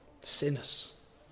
Sinners